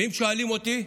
אם שואלים אותי,